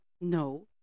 No